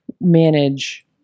manage